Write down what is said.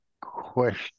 question